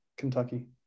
kentucky